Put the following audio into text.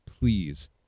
please